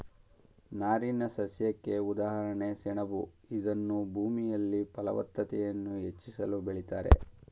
ನಾರಿನಸಸ್ಯಕ್ಕೆ ಉದಾಹರಣೆ ಸೆಣಬು ಇದನ್ನೂ ಭೂಮಿಯಲ್ಲಿ ಫಲವತ್ತತೆಯನ್ನು ಹೆಚ್ಚಿಸಲು ಬೆಳಿತಾರೆ